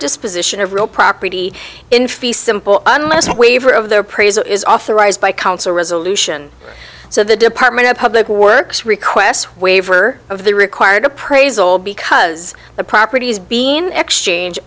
disposition of real property in fee simple unless a waiver of their present is off the right by council resolution so the department of public works request waiver of the required appraisal because the properties being xchange